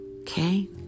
Okay